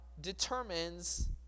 determines